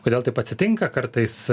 kodėl taip atsitinka kartais